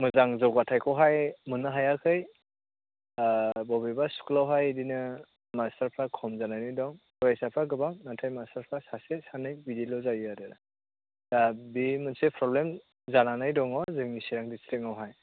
मोजां जौगाथायखौहाय मोननो हायाखै बबेबा स्कुलावहाय बिदिनो मास्टारफ्रा खम जानानै दं फरायसाफ्रा गोबां नाथाय मास्टारफ्रा सासे सानै बिदिल' जायो आरो दा बे मोनसे प्रब्लेम जानानै दङ जोंनि चिरां डिष्ट्रिकआवहाय